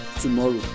tomorrow